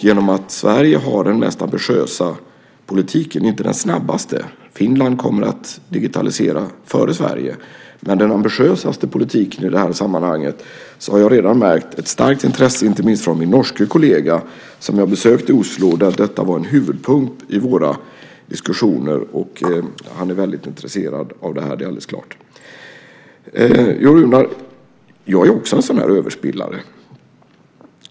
Genom att Sverige har den mest ambitiösa politiken i det här sammanhanget - inte den snabbaste; Finland kommer att digitalisera före Sverige - har jag märkt ett starkt intresse inte minst från min norske kollega som jag besökte i Oslo. Denna fråga var en huvudpunkt i våra diskussioner, och det är alldeles klart att han är mycket intresserad av den. Jag är också en "överspillare".